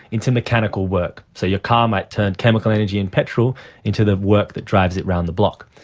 into mechanical work. so your car might turn chemical energy in petrol into the work that drives it around the block.